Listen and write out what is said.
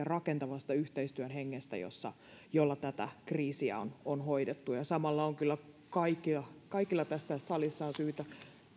rakentavasta yhteistyön hengestä jolla tätä kriisiä on on hoidettu ja samalla kyllä kaikilla tässä salissa on syytä